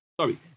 Sorry